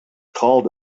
called